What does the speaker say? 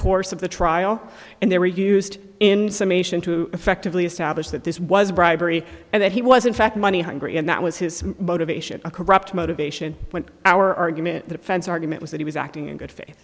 course of the trial and they were used in summation to effectively establish that this was bribery and that he was in fact money hungry and that was his motivation a corrupt motivation when our argument the defense argument was that he was acting in good